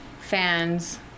fans